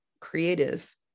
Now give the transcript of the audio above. creative